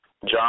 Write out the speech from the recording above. John